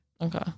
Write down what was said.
Okay